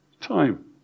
time